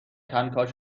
کنکاش